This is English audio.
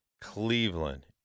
cleveland